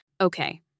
Okay